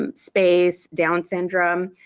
um space, down syndrome,